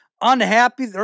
unhappy